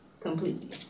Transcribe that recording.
completely